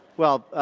well,